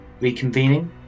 reconvening